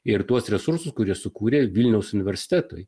ir tuos resursus kur jie sukūrė vilniaus universitetui